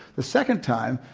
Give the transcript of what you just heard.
the second time,